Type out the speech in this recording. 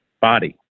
body